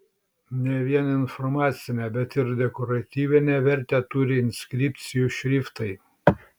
ne vien informacinę bet ir dekoratyvinę vertę turi ir inskripcijų šriftai